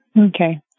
Okay